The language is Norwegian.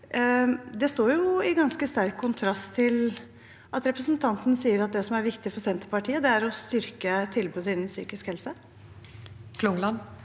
Det står i ganske sterk kontrast til at representanten sier at det som er viktig for Senterpartiet, er å styrke tilbudet innen psykisk helse. Lisa